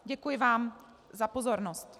Děkuji vám za pozornost.